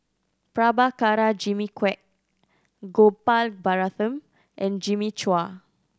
Prabhakara Jimmy Quek Gopal Baratham and Jimmy Chua